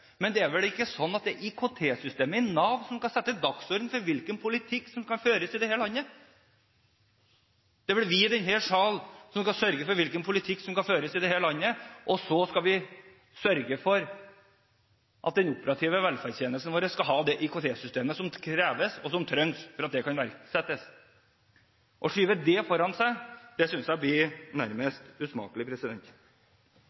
Men det er vel ikke sånn at det er IKT-systemet i Nav som skal sette dagsorden for hvilken politikk som kan føres i dette landet? Det er vel vi i denne salen som skal sørge for den politikken som skal føres i dette landet, og så skal vi sørge for at den operative velferdstjenesten vår skal ha det IKT-systemet som kreves, og som trengs for at politikken kan iverksettes. Å skyve det foran seg synes jeg nærmest blir